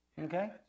Okay